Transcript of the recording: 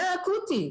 זה אקוטי.